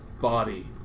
Body